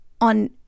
on